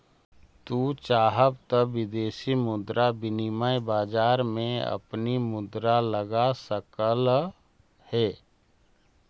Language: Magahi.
तू चाहव त विदेशी मुद्रा विनिमय बाजार में अपनी मुद्रा लगा सकलअ हे